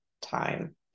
time